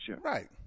right